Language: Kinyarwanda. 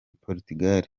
portugal